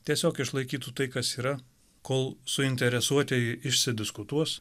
tiesiog išlaikytų tai kas yra kol suinteresuotieji išsidiskutuos